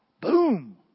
Boom